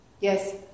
Yes